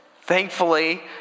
Thankfully